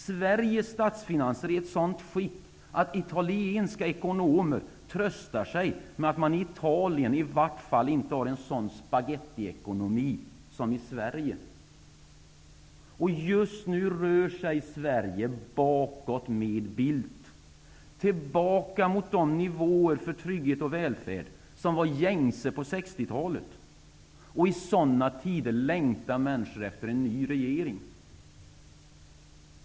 Sveriges statsfinanser är i ett sådant skick att italienska ekonomer tröstar sig med att man i Italien i varje fall inte har en sådan spagettiekonomi som i Sverige. Just nu rör sig Sverige bakåt med Bildt -- tillbaka mot de nivåer för trygghet och välfärd som var gängse på 60-talet. I sådana tider längtar människor efter en ny regering.